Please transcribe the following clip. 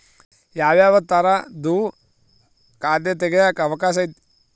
ಯಾವ್ಯಾವ ತರದುವು ಖಾತೆ ತೆಗೆಕ ಅವಕಾಶ ಐತೆ?